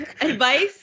advice